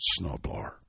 snowblower